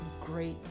great